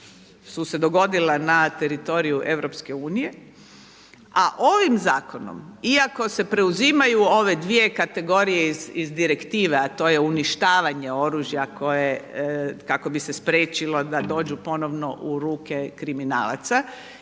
su se dogodila na teritoriju Europske unije. A ovim zakonom iako se preuzimaju ove dvije kategorije iz direktive a to je uništavanje oružja kako bi se spriječilo da dođu ponovno u ruke kriminalaca